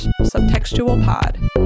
subtextualpod